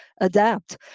adapt